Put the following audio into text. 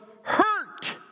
hurt